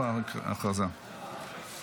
בירת ישראל (תיקון מס' 3)